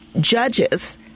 judges